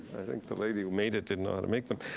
i think the lady who made it didn't know how to make them.